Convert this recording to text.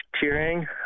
cheering